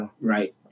right